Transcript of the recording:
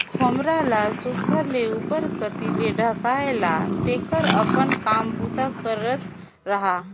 खोम्हरा ल सुग्घर ले उपर कती ले ढाएक ला तेकर अपन काम बूता करत रहा